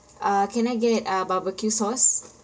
uh can I get uh barbecue sauce